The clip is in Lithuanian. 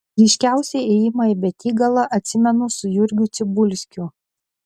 ryškiausiai ėjimą į betygalą atsimenu su jurgiu cibulskiu